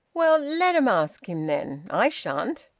well, let em ask him, then. i shan't.